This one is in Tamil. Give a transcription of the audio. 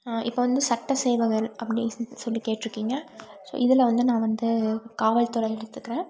இப்போ வந்து சட்ட சேவகர் அப்படின்னு சொல்லி கேட்டுருக்கிங்க ஸோ இதில் வந்து நான் வந்து காவல் துறை எடுத்துக்குறேன்